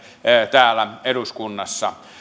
täällä eduskunnassa